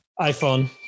iPhone